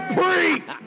Priest